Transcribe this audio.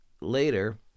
later